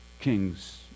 kings